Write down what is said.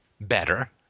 better